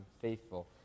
faithful